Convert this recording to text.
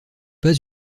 pas